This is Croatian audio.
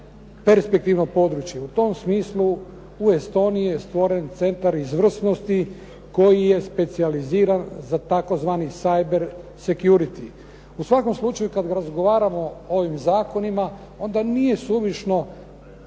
perspektivno područje. U tom smislu u Estoniji je stvoren centar izvrsnosti koji je specijaliziran za tzv. cyber security. U svakom slučaju, kad razgovaramo o ovim zakonima onda nije suvišno